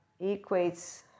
equates